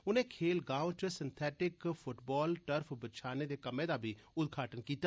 उनें खेल गांव च सिंथेटिक फटबाल टर्फ बिच्छाने दे कम्में दा बी उदघाटन कीता